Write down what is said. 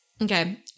Okay